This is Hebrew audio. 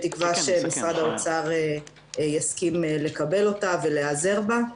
בתקווה שמשרד האוצר יסכים לקבל אותה ולהיעזר בה.